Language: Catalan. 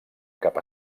cap